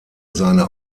seine